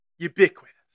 Ubiquitous